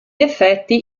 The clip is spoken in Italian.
effetti